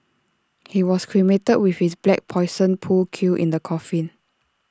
he was cremated with his black Poison pool cue in the coffin